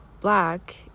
black